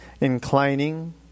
inclining